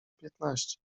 piętnaście